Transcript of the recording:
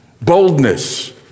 Boldness